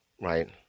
Right